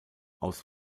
aus